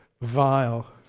vile